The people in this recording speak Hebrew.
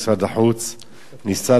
ניסה להפעיל לחץ על הרב הראשי,